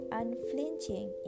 unflinching